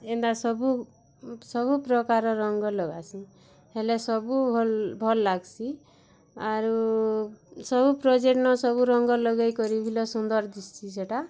ଏନ୍ତା ସବୁ ପ୍ରକାର ରଙ୍ଗ ଲଗାସି ହେଲେ ସବୁ ଭଲ୍ ଲାଗ୍ସି ଆରୁ ସବୁ ପ୍ରୋଜେକ୍ଟନୁ ସବୁ ରଙ୍ଗ ଲଗେଇକରି ହେଲେ ସୁନ୍ଦର ଦିଶ୍ଚି ସେଇଟା